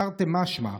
תרתי משמע,